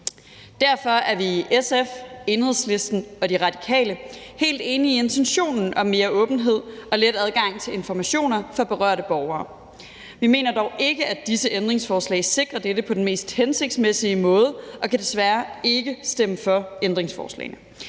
Derfor er vi i SF, Enhedslisten og De Radikale helt enige i intentionen om mere åbenhed og let adgang til informationer for berørte borgere. Vi mener dog ikke, at disse ændringsforslag sikrer dette på den mest hensigtsmæssige måde, og kan desværre ikke stemme for ændringsforslagene.